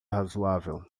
razoável